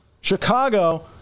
Chicago